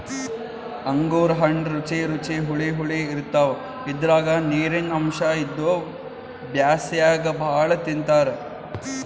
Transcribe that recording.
ಅಂಗೂರ್ ಹಣ್ಣ್ ರುಚಿ ರುಚಿ ಹುಳಿ ಹುಳಿ ಇರ್ತವ್ ಇದ್ರಾಗ್ ನೀರಿನ್ ಅಂಶ್ ಇದ್ದು ಬ್ಯಾಸ್ಗ್ಯಾಗ್ ಭಾಳ್ ತಿಂತಾರ್